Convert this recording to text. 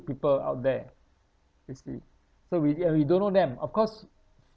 people out there basically so we ya we don't know them of course